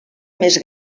més